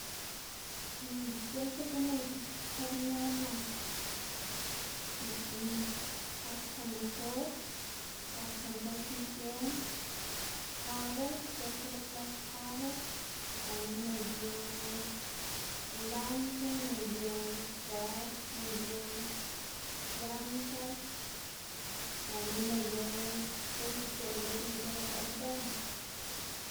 ic̲h̲ësa guꞌn ney ti kamion nak kaj chen motor, kaj chen transmisión, kabl, ic̲h̲ësa lo klas kabl gana neyu volante, neyu puert, neyu yantas gana neyu guꞌn xc̲h̲eꞌ lo bidr or bën.